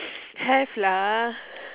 have lah